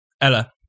Ella